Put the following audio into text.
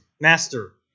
Master